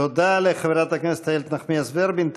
תודה לחברת הכנסת איילת נחמיאס ורבין.